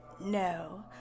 no